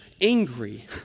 angry